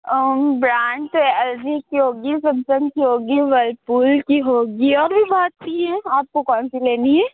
brand تو L G کی ہوگی سمسنگ کی ہوگی ورپول کی ہوگی اور بھی بہت سی ہیں آپ کو کون سی لینی ہے